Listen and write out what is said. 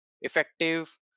effective